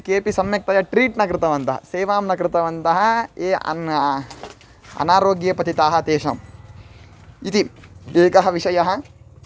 केपि सम्यक्तया ट्रीट् न कृतवन्तः सेवां न कृतवन्तः ये अन् अनारोग्ये पतिताः तेषाम् इति एकः विषयः